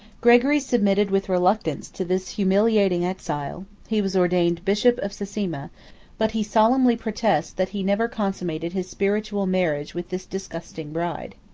gregory submitted with reluctance to this humiliating exile he was ordained bishop of sasima but he solemnly protests, that he never consummated his spiritual marriage with this disgusting bride.